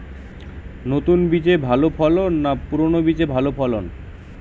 নতুন বীজে ভালো ফলন না পুরানো বীজে ভালো ফলন?